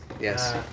Yes